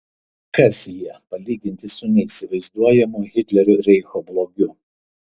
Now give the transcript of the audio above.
kas jie palyginti su neįsivaizduojamu hitlerio reicho blogiu